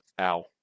Ow